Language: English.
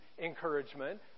encouragement